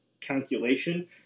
calculation